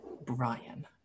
Brian